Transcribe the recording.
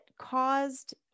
caused